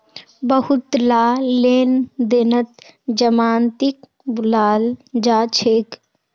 बहुतला लेन देनत जमानतीक बुलाल जा छेक